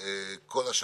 מה זה קשור לתוספת